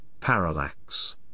parallax